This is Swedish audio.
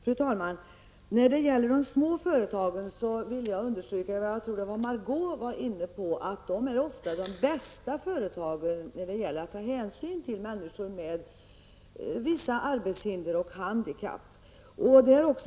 Fru talman! När det gäller de små företagen vill jag understryka en sak. Jag tror att Margó Ingvardsson sade någonting om att de små företagen ofta är bäst på att ta hänsyn till människor med vissa arbetshinder och handikapp.